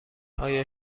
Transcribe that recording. آیا